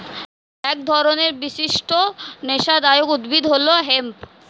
এক ধরনের বিশিষ্ট নেশাদায়ক উদ্ভিদ হল হেম্প